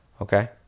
okay